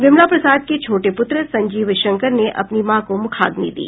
विमला प्रसाद के छोटे पुत्र संजीव शंकर ने अपनी मां को मुखाग्नि दी